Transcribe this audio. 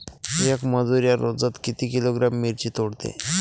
येक मजूर या रोजात किती किलोग्रॅम मिरची तोडते?